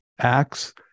Acts